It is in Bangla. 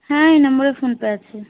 হ্যাঁ এই নম্বরে ফোনপে আছে